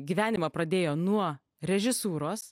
gyvenimą pradėjo nuo režisūros